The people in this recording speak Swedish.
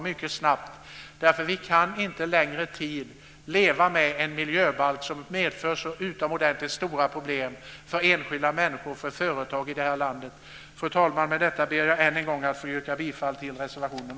Vi kan inte under en längre tid leva med en miljöbalk som medför stora problem för enskilda människor och för företag. Fru talman! Med detta ber jag än en gång att få yrka bifall till reservation 1.